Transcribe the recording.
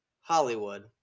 Hollywood